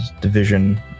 division